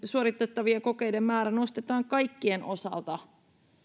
suoritettavien kokeiden vähimmäismäärä nostetaan kaikkien osalta